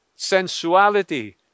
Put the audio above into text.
Sensuality